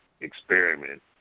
experiment